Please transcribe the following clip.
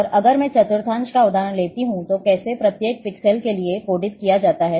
और अगर मैं चतुर्थांश का उदाहरण लेता हूं तो कैसे प्रत्येक पिक्सेल के लिए कोडित किया जाता है